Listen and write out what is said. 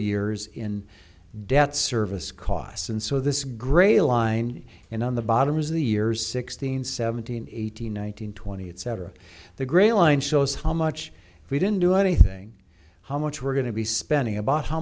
years in debt service costs and so this gray line and on the bottom is the years sixteen seventeen eighteen nineteen twenty etc the gray line shows how much we didn't do anything how much we're going to be spending about how